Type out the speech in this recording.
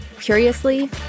curiously